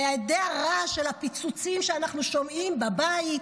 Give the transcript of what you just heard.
מהדי הרעש של הפיצוצים שאנחנו שומעים בבית,